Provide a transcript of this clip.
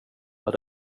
med